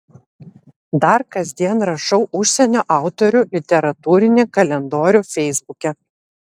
dar kasdien rašau užsienio autorių literatūrinį kalendorių feisbuke